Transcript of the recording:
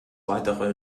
weitere